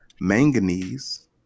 manganese